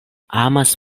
amas